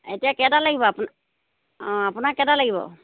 এতিয়া কেইটা লাগিব আপোনাক অঁ আপোনাক কেইটা লাগিব